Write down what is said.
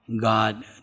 God